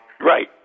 Right